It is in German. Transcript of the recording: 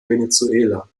venezuela